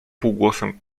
półgłosem